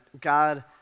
God